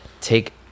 Take